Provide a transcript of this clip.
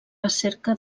recerca